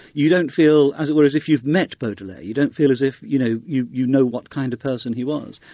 you don't feel, as it were, as if you've met baudelaire you don't feel as if you know you you know what kind of person he was.